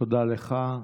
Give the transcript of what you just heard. תודה לך.